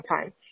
time